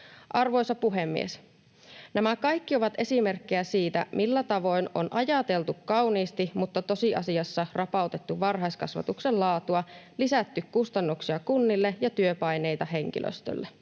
Arvoisa puhemies! Nämä kaikki ovat esimerkkejä siitä, millä tavoin on ajateltu kauniisti mutta tosiasiassa rapautettu varhaiskasvatuksen laatua ja lisätty kunnille kustannuksia ja henkilöstölle